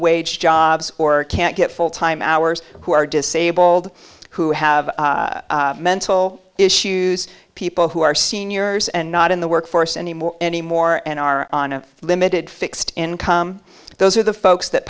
wage jobs or can't get full time hours who are disabled who have mental issues people who are seniors and not in the workforce anymore anymore and are on a limited fixed income those are the folks that